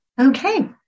Okay